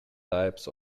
types